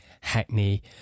Hackney